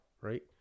right